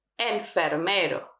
Enfermero